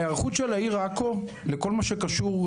ההיערכות של העיר עכו לכל מה שקשור,